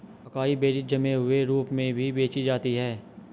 acai berries जमे हुए रूप में भी बेची जाती हैं